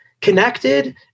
connected